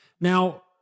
Now